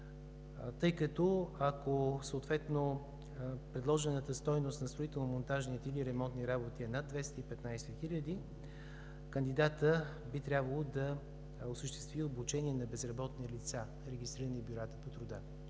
тъй като, ако предложената стойност на строително-монтажните или ремонтни работи е над 215 хиляди, кандидатът би трябвало да осъществи обучение на безработни лица, регистрирани в бюрата по труда.